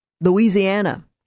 Louisiana